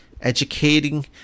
educating